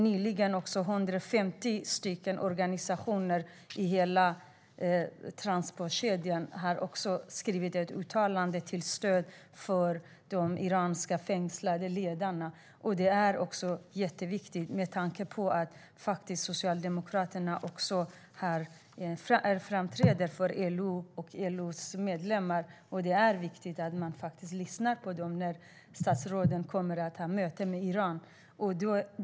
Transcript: Nyligen skrev 150 organisationer i hela transportkedjan ett uttalande till stöd för de fängslade iranska ledarna. Det är jätteviktigt, med tanke på att Socialdemokraterna företräder LO och LO:s medlemmar, att faktiskt lyssna på dem när statsråden har möten med Iran.